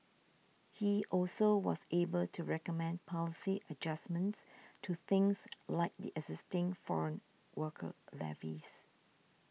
he also was able to recommend policy adjustments to things like the existing foreign worker levies